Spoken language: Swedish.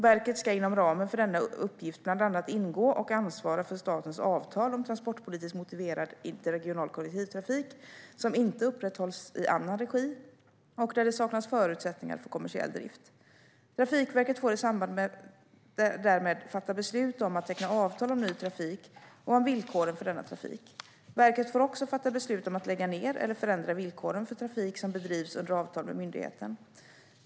Verket ska inom ramen för denna uppgift bland annat ingå och ansvara för statens avtal om transportpolitiskt motiverad interregional kollektivtrafik som inte upprätthålls i annan regi och där det saknas förutsättningar för kommersiell drift. Trafikverket får i samband därmed fatta beslut om att teckna avtal om ny trafik och om villkoren för denna trafik. Verket får också fatta beslut om att lägga ned eller förändra villkoren för trafik som bedrivs under avtal med myndigheten.